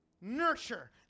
nurture